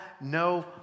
no